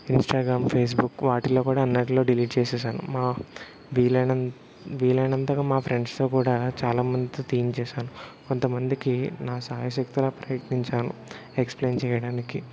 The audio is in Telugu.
ఇంస్టాగ్రామ్ ఫేస్బుక్ వాటిలో కూడా అన్నట్లో డిలీట్ చేసేసాను మా వీలైనంత్ వీలైనంతగా మా ఫ్రెండ్స్తో కూడా చాలా మందితో తీయించేశాను కొంత మందికి నా సాయిశక్తుల ప్రయత్నించాను ఎక్స్ప్లెయిన్ చేయ్యడానికి